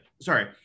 sorry